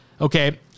Okay